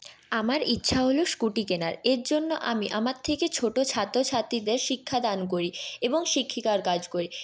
আমার ইচ্ছা হলো স্কুটি কেনার এর জন্য আমি আমার থেকে ছোটো ছাত্র ছাত্রীদের শিক্ষাদান করি এবং শিক্ষিকার কাজ করি